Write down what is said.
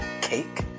cake